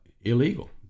illegal